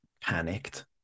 panicked